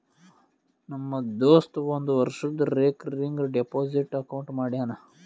ನಮ್ ದೋಸ್ತ ಒಂದ್ ವರ್ಷದು ರೇಕರಿಂಗ್ ಡೆಪೋಸಿಟ್ ಅಕೌಂಟ್ ಮಾಡ್ಯಾನ